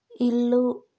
ఇల్లు